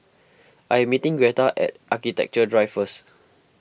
I am meeting Gretta at Architecture Drive first